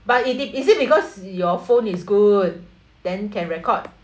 but it is is it because your phone is good then can record